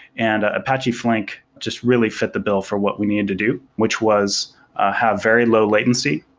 and apache flink just really fit the bill for what we need to do, which was have very low latency,